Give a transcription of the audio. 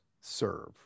serve